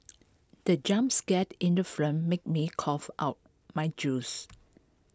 the jump scared in the film made me cough out my juice